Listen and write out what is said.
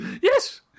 Yes